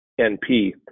NP